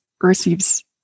receives